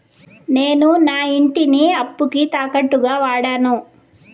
నేను నా ఇంటిని అప్పుకి తాకట్టుగా వాడాను